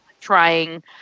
trying